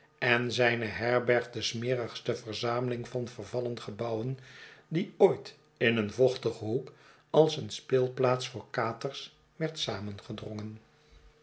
en zijne herberg de smerigste verzameling van vervallen gebouwen die ooit in een vochtigen hoek als eene speelplaats voor katers werd